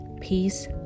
peace